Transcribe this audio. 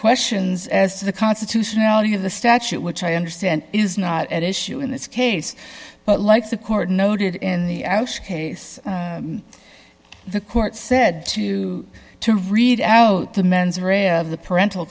questions as to the constitutionality of the statute which i understand is not at issue in this case but like the court noted in the x case the court said to to read out the mens rea of the parental